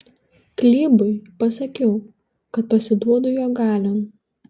klybui pasakiau kad pasiduodu jo galion